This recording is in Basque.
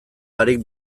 barik